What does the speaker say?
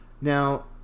Now